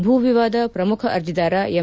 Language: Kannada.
ಭೂ ವಿವಾದ ಪ್ರಮುಖ ಅರ್ಜಿದಾರ ಎಂ